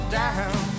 down